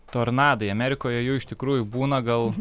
tornadai amerikoje jų iš tikrųjų būna gal